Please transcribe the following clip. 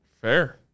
Fair